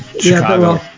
Chicago